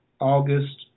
August